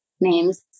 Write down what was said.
names